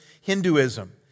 Hinduism